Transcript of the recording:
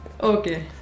Okay